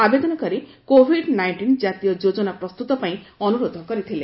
ଆବେଦନକାରୀ Covid nineteen ଜାତୀୟ ଯୋଜନା ପ୍ରସ୍ତୁତ ପାଇଁ ଅନୁରୋଧ କରିଥିଲେ